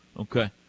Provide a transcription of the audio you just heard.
okay